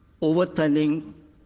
overturning